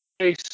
case